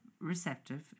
receptive